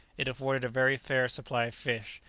it afforded a very fair supply of fish,